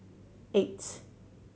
eight